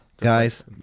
Guys